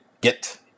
get